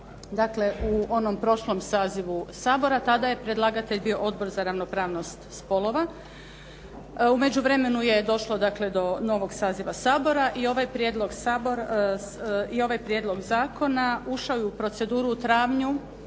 Dakle, u onom prošlom sazivu Sabora. Tada je predlagatelj bio Odbor za ravnopravnost spolova. U međuvremenu je došlo dakle do novog saziva Sabora i ovaj prijedlog zakona ušao je u proceduru u travnju,